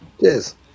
yes